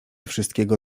wszystkiego